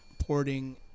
porting